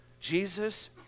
Jesus